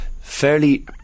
fairly